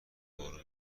بارون